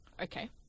Okay